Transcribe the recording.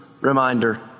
reminder